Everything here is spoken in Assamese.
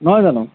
নহয় জানো